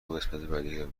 روزهای